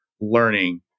learning